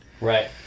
right